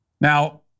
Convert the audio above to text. Now